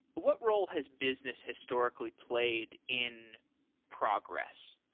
what role his business historically played in progress?